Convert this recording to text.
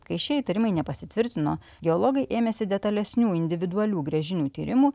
kai šie įtarimai nepasitvirtino geologai ėmėsi detalesnių individualių gręžinių tyrimų